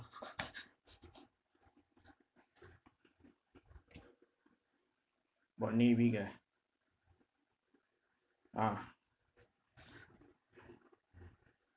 bout knee big ah ah